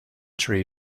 tree